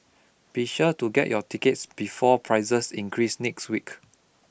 be sure to get your tickets before prices increase next week